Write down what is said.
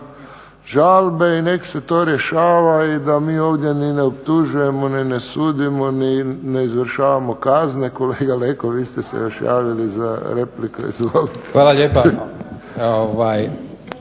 žalbe i nek se to rješava i da mi ovdje ni ne optužujemo ni ne sudimo ni ne izvršavamo kazne. Kolega Leko, vi ste se još javili za repliku. Izvolite.